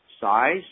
size